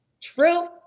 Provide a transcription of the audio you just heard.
True